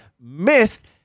missed